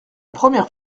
première